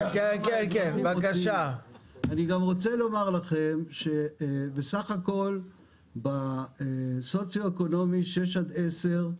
אני רוצה לומר שבסך הכול באשכול סוציו-אקונומי 6 עד 10,